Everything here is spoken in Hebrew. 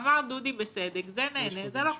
אמר דודי בצדק, זה נהנה, זה לא חסר.